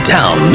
town